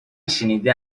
شنیده